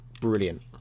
brilliant